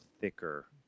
thicker